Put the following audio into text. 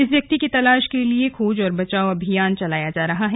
इस व्यक्ति की तलाश के लिए खोज और बचाव अभियान चलाया जा रहा है